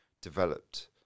developed